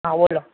હા બોલો